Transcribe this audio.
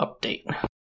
update